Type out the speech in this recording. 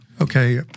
Okay